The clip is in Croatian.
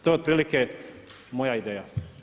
To je otprilike moja ideja.